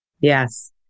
Yes